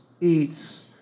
eats